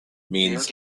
means